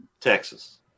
Texas